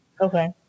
Okay